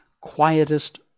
quietest